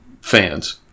fans